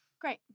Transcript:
great